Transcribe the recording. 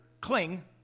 cling